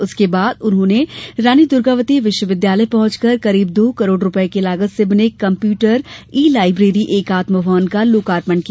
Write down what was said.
उसके बाद उन्होंने रानी द्र्गावती विश्वविद्यालय पहंचकर करीब दो करोड़ की लागत से बने कम्प्युटर ई लाइब्रेरी एकात्म भवन का लोकार्पाण किया